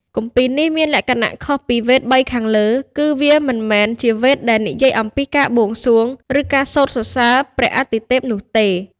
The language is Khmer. គម្ពីរនេះមានលក្ខណៈខុសពីវេទបីខាងលើ គឺវាមិនមែនជាវេទដែលនិយាយអំពីការបួងសួង ឬការសូត្រសរសើរព្រះអាទិទេពនោះទេ។